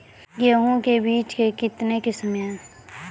गेहूँ के बीज के कितने किसमें है?